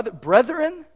Brethren